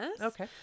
okay